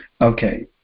Okay